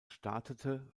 startete